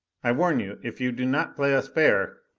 i warn you, if you do not play us fair.